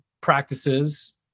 practices